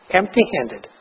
empty-handed